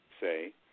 say